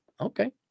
Okay